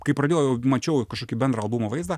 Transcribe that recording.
kai pradėjau mačiau kažkokį bendrą albumo vaizdą